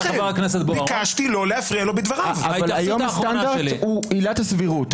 אבל היום הסטנדרט הוא עילת הסבירות.